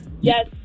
Yes